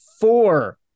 four